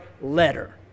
letter